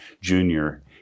junior